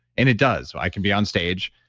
and it does so i can be on stage,